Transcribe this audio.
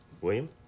William